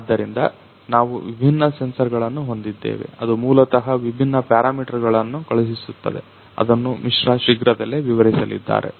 ಆದ್ದರಿಂದ ನಾವು ವಿಭಿನ್ನ ಸೆನ್ಸರ್ ಗಳನ್ನ ಹೊಂದಿದ್ದೇವೆ ಅದು ಮೂಲತಃ ವಿಭಿನ್ನ ಪ್ಯಾರಾಮೀಟರ್ ಗಳನ್ನ ಕಳುಹಿಸುತ್ತದೆ ಅದನ್ನು ಮಿಶ್ರಾ ಶೀಘ್ರದಲ್ಲೇ ವಿವರಿಸಲಿದ್ದಾರೆ